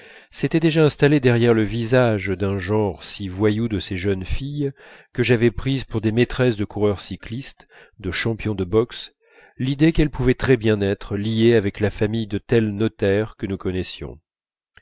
s'était déjà installée derrière le visage d'un genre si voyou de ces jeunes filles que j'avais prises pour des maîtresses de coureurs cyclistes de champions de boxe l'idée qu'elles pouvaient très bien être liées avec la famille de tel notaire que nous connaissions